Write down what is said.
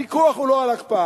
הוויכוח הוא לא על הקפאה,